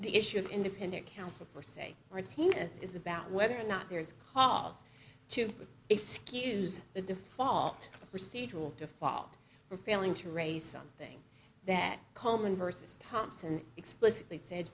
the issue of independent counsel per se martinez is about whether or not there is cause to excuse the default procedural default for failing to raise something that coleman versus thompson explicitly said